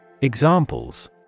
Examples